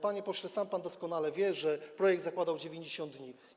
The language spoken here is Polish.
Panie pośle, pan doskonale wie, że projekt zakładał 90 dni.